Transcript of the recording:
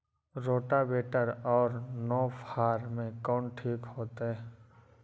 Rotavator और नौ फ़ार में कौन ठीक होतै?